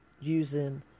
using